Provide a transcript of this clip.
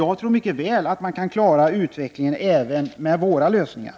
Jag tror att man mycket väl kan klara utvecklingen även med våra lösningar.